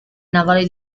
navale